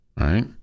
right